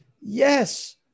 yes